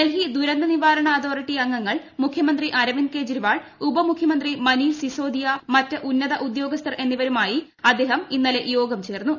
ഡൽഹി ദൂരന്ത നിവാരണ അതോറിറ്റി അംഗങ്ങൾ മുഖ്യമന്ത്രി അരവിന്ദ് കെജ്രിവാൾ ഉപമുഖ്യമന്ത്രി മനീഷ് സിസോദിയ മറ്റ് ഉന്നത ഉദ്യോഗസ്ഥർ എന്നിവരുമായി അദ്ദേഹം ഇന്നലെ യോഗം ചേർന്നു